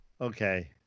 Okay